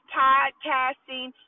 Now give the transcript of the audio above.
podcasting